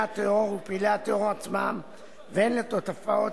הצעת החוק נועדה בראש ובראשונה להעמיד לרשות מערכת אכיפת